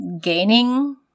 gaining